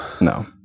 No